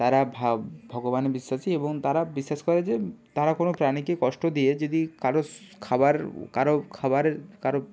তারা ভাব ভগবানে বিশ্বাসী এবং তারা বিশ্বাস করে যে তারা কোনো প্রাণীকে কষ্ট দিয়ে যদি কারোর স খাবার কারো খাবারের কারোর